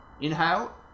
Inhale